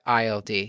ILD